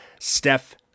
Steph